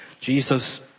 Jesus